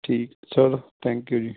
ਠੀਕ ਚਲੋ thank you ਜੀ